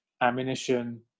ammunition